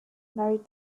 married